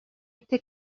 este